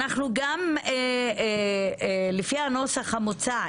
אנחנו גם לפי הנוסח המוצע,